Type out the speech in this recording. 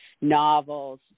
novels